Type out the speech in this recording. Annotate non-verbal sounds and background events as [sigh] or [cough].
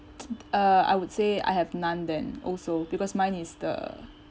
[noise] uh I would say I have none then also because mine is the [breath]